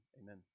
Amen